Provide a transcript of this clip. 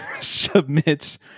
submits